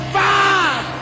five